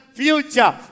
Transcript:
future